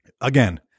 Again